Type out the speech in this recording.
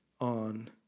on